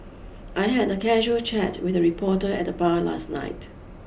I had a casual chat with a reporter at the bar last night